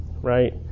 right